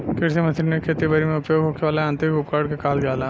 कृषि मशीनरी खेती बरी में उपयोग होखे वाला यांत्रिक उपकरण के कहल जाला